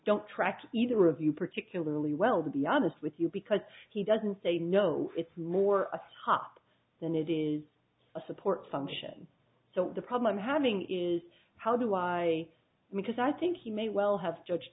don't track either of you particularly well to be honest with you because he doesn't say no it's more a top than it is a support function so the problem having is how do i because i think he may well have judge